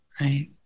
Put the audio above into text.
Right